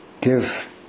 give